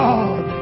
God